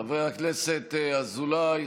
חבר הכנסת אזולאי,